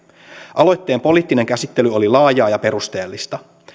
aloitteen poliittinen käsittely oli laajaa ja perusteellista